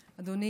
כהן,